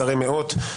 שרי מאות,